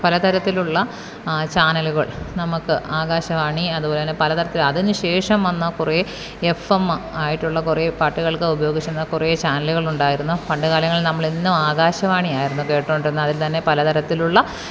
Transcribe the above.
പല തരത്തിലുള്ള ചാനലുകള് നമുക്ക് ആകാശവാണി അതുപോലെ തന്നെ പല തരത്തില് അതിന് ശേഷം വന്ന കുറെ എഫ് എമ്മ് ആയിട്ടുള്ള കുറെ പാട്ടുകള്ക്ക് ഉപയോഗിച്ചോണ്ടിരുന്ന കുറെ ചാനലുകളുണ്ടായിരുന്നു പണ്ട് കാലങ്ങളില് നമ്മളെന്നും ആകാശവാണിയായിരുന്നു കേട്ടോണ്ടിരുന്നത് അതില് തന്നെ പല തരത്തിലുള്ള